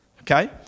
Okay